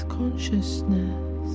consciousness